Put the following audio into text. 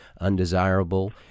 undesirable